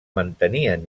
mantenien